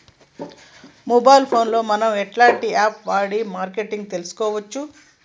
Mobile phone లో మనం ఎలాంటి యాప్ వాడి మార్కెటింగ్ తెలుసుకోవచ్చు?